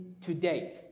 today